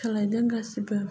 सोलायदों गासिबो